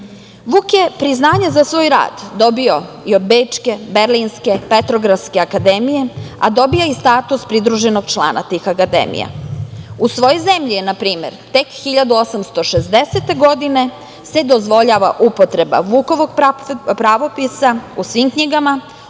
je priznanje za svoj rad dobio i od bečke, berlinske, petrovgradske akademije, a dobija i status pridruženog člana tih akademija. U svojoj zemlji je na primer tek 1860. godine dozvoljena upotreba Vukovog pravopisa u svim knjigama,